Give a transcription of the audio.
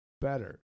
better